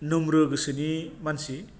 नमब्रु गोसोनि मानसि